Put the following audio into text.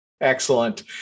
Excellent